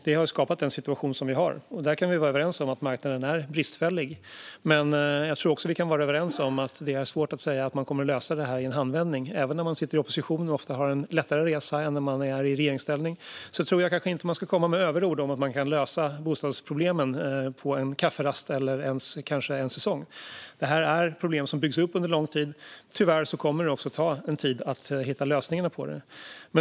Det har skapat den situation som vi har. Där kan vi vara överens om att marknaden är bristfällig. Men jag tror också att vi kan vara överens om att det är svårt att säga att man kommer att lösa detta i en handvändning. Även om man när man sitter i opposition ofta har en lättare resa än när man är i regeringsställning tror jag kanske inte att man ska komma med överord om att man kan lösa bostadsproblemen på en kafferast eller ens på en säsong. Detta är ett problem som har byggts upp under lång tid. Tyvärr kommer det också att ta tid att hitta lösningarna på det.